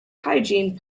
hygiene